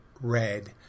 red